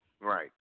Right